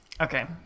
okay